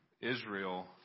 Israel